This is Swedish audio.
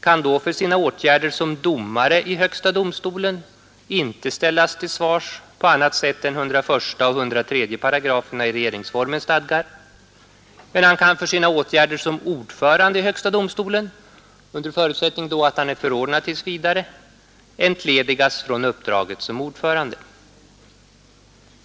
kan för sina åtgärder som domare i högsta domstolen inte ställas till svars på annat sätt än 101 och 103 §§ regeringsformen stadgar, men han kan för sina åtgärder som ordförande i högsta domstolen — under förutsättning att han är förordnad tills vidare — entledigas från uppdraget som ordförande.